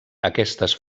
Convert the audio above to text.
aquestes